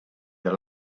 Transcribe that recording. the